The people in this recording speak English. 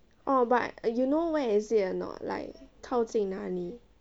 oh but you know where is it or not like 靠近哪里